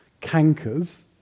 Cankers